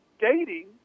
dating